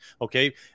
okay